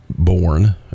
born